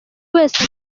wese